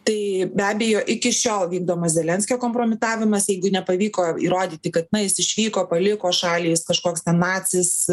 tai be abejo iki šiol vykdoma zelenskio kompromitavimas jeigu nepavyko įrodyti kad na jis išvyko paliko šalį jis kažkoks ten nacis